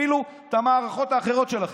תפעילו את המערכות האחרות שלכם.